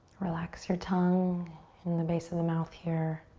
relax your tongue in the base of the mouth here.